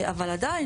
אבל עדיין,